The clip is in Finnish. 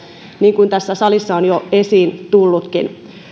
niin kuin tässä salissa on jo esiin tullutkin